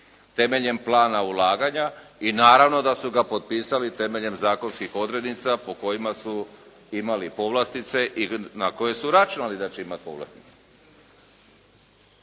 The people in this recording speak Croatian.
temeljem plana ulaganja i naravno da su ga potpisali temeljem zakonskih odrednica po kojima su imali povlastice i na koje su računali da će imati povlastice.